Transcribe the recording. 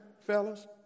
fellas